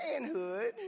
manhood